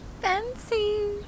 Fancy